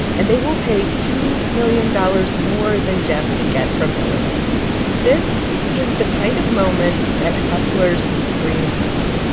and they will pay two million dollars more than jeff can get from illinois this is the kind of moment that hustlers dream of.